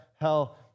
hell